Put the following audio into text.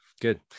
good